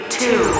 two